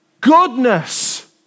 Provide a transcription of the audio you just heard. goodness